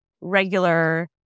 regular